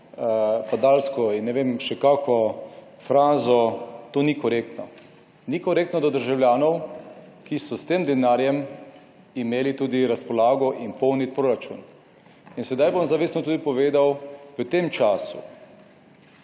padalsko in ne vem še kako, frazo, to ni korektno. Ni korektno do državljanov, ki so s tem denarjem imeli tudi razpolago in polniti proračun in sedaj bom zavestno tudi povedal, v tem času